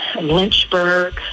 Lynchburg